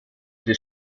des